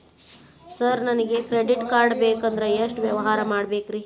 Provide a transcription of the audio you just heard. Sir ನನಗೆ credit card ಬೇಕಂದ್ರೆ ಎಷ್ಟು ವ್ಯವಹಾರ ಮಾಡಬೇಕ್ರಿ?